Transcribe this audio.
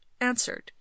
answered